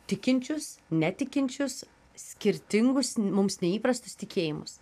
tikinčius netikinčius skirtingus mums neįprastus tikėjimus